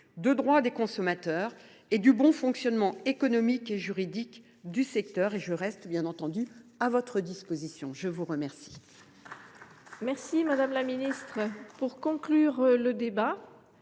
du droit des consommateurs et du bon fonctionnement économique et juridique du secteur. Je reste bien entendu à votre disposition pour poursuivre ces